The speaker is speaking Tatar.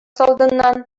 алдыннан